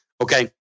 Okay